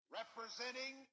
representing